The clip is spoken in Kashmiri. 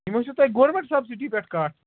یِم ٲسوٕ تۄہہِ گورمنٹ سَبسٹی پٮ۪ٹھ کٹھ